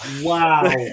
Wow